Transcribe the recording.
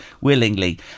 willingly